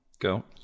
Go